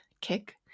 kick